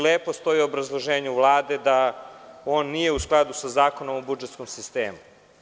Lepo stoji u obrazloženju Vlade da on nije u skladu sa Zakonom o budžetskom sistemu.